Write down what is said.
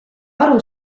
aru